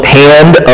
hand